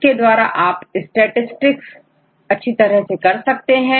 इसके द्वारा आप स्टैटिसटिक्स अच्छी तरह से कर सकते हैं